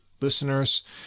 listeners